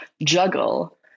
juggle